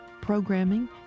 programming